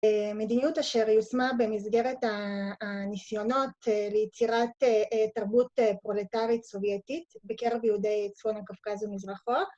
מדיניות אשר יושמה במסגרת הניסיונות ליצירת תרבות פרולטארית סובייטית בקרב יהודי צפון הקווקז ומזרחו.